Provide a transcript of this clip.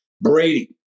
Brady